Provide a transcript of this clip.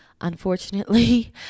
unfortunately